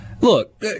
Look